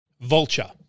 Vulture